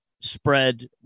spread